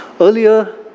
Earlier